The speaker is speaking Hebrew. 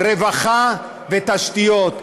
רווחה ותשתיות.